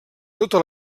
tota